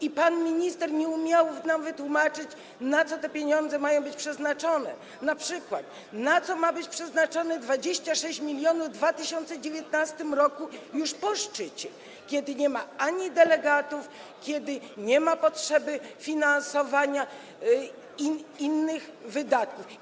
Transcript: I pan minister nie umiał nam wytłumaczyć, na co te pieniądze mają być przeznaczone, np. na co ma być przeznaczone 26 mln w 2019 r., już po szczycie, kiedy nie ma delegatów, kiedy nie ma potrzeby finansowania innych wydatków.